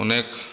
अनेक